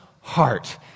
Heart